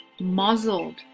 muzzled